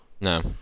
No